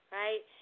right